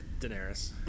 daenerys